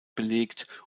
belegt